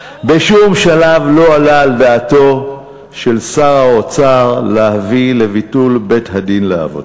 בשום שלב לא עלה על דעתו של שר האוצר להביא לביטול בית-הדין לעבודה,